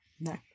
No